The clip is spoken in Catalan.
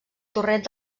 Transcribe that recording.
torrent